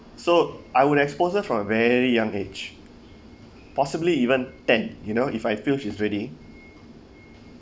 so I would expose her from a very young age possibly even ten you know if I feel she is ready